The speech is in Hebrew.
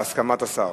בהסכמת השר.